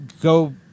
go